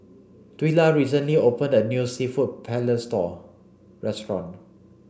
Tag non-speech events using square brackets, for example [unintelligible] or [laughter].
Twila recently opened a new Seafood Paella [unintelligible] restaurant